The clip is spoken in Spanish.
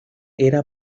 era